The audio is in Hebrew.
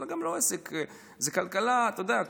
אתה יודע,